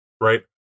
right